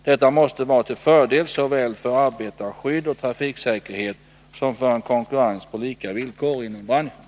Detta måste vara till fördel såväl för arbetarskydd och trafiksäkerhet som för en konkurrens på lika villkor inom branschen.